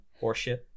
horseshit